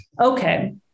okay